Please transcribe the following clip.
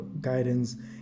guidance